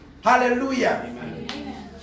Hallelujah